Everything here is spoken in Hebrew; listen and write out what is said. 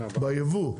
ביבוא,